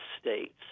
states